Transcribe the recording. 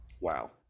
wow